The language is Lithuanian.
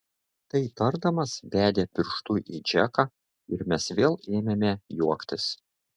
tai tardamas bedė pirštu į džeką ir mes vėl ėmėme juoktis